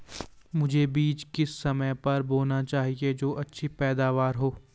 मुझे बीज किस समय पर बोना चाहिए जो अच्छी पैदावार हो?